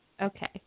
Okay